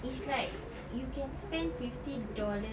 it's like you can spend fifty dollars